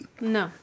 No